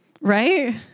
Right